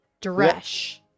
Dresh